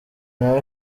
nawe